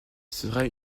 sera